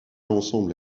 ensemble